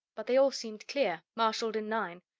but they all seemed clear, marshaled in line.